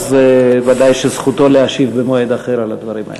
ודאי שזכותו להשיב במועד אחר על הדברים האלה.